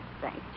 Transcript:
thanks